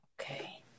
Okay